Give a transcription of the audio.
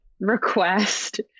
request